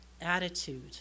attitude